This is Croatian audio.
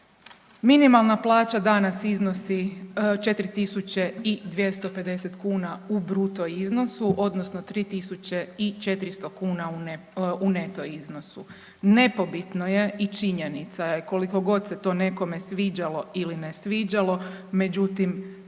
Minimalna plaća danas iznosi 4.250 kuna u bruto iznosu odnosno 3.400 kuna u neto iznosu. Nepobitno je i činjenica je koliko god se to nekome sviđalo ili ne sviđalo međutim